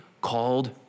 called